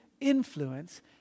influence